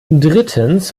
drittens